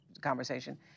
conversation